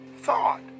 thought